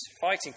fighting